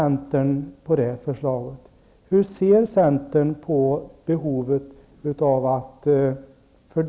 Vi har fått en viss bild av synen på avgifter när det gäller ett annat regeringsparti, nämligen folkpartiet. Jag vill nu rikta samma fråga till centern.